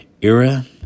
era